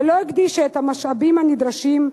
ולא הקדישה את המשאבים הנדרשים,